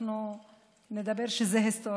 אנחנו נגיד שזה היסטוריה.